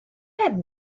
had